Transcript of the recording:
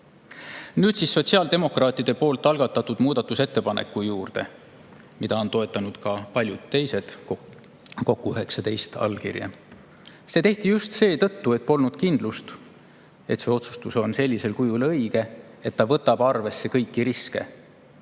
Nüüd siis sotsiaaldemokraatide algatatud muudatusettepaneku juurde, mida on toetanud ka paljud teised, kokku on 19 allkirja. See tehti just seetõttu, et polnud kindlust, et see otsustus on sellisel kujul õige ja et see võtab arvesse kõiki riske.